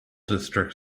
district